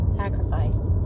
sacrificed